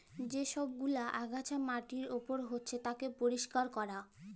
যে সব গুলা আগাছা মাটির উপর হচ্যে তাকে পরিষ্কার ক্যরা